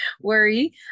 worry